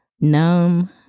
Numb